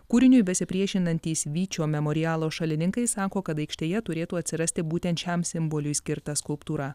kūriniui besipriešinantys vyčio memorialo šalininkai sako kad aikštėje turėtų atsirasti būtent šiam simboliui skirta skulptūra